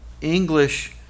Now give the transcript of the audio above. English